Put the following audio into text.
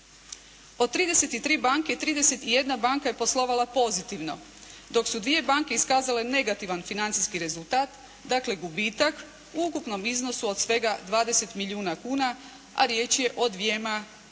i jedna banka je poslovala pozitivno dok su dvije banke iskazale negativan financijski rezultat, dakle gubitak u ukupnom iznosu od svega 20 milijuna kuna a riječ je o dvjema malim